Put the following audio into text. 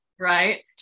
Right